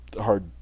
hard